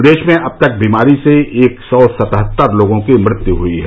प्रदेश में अब तक बीमारी से एक सौ सतहत्तर लोगों की मृत्यु हुयी है